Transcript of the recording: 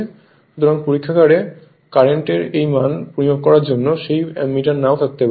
সুতরাং পরীক্ষাগারে কারেন্টের এই মান পরিমাপ করার জন্য সেই অ্যামমিটার নাও থাকতে পারে